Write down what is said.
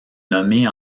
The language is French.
nommée